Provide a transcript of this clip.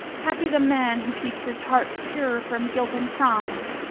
happy the man who keeps his heart pure from guilt and crime!